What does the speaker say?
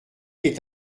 est